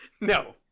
no